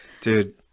Dude